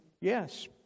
Yes